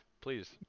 please